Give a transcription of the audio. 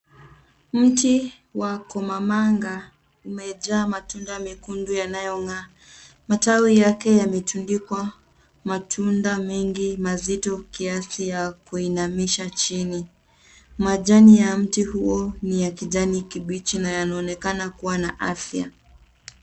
Mti wa kumamanga umejaa matunda mekundu yanayong'aa matawi yake yametundikwa matunda mengi mazito kiasi ya kuinamisha chini. Majani ya mti huwa ni ya kijani kibichi na yanaonekana kuwa na afya.